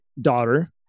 daughter